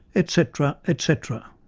etc. etc.